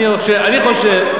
אני חושב,